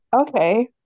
okay